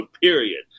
period